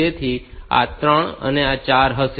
તેથી આ 3 અને 4 હશે